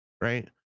right